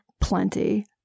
plenty